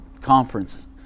conference